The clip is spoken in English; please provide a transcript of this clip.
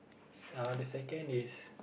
uh the second is